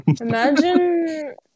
Imagine